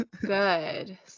Good